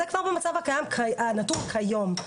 זה כבר המצב הנתון כיום.